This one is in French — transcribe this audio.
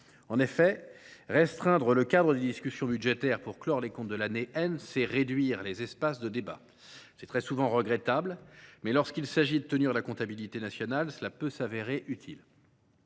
En effet, restreindre le cadre des discussions budgétaires pour clore les comptes de l’année , c’est réduire les espaces de débat. C’est très souvent regrettable, mais lorsqu’il s’agit de tenir la comptabilité nationale, cela peut s’avérer utile.